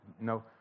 no